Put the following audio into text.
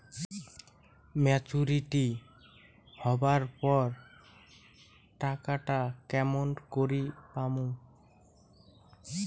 Maturity হবার পর টাকাটা কেমন করি পামু?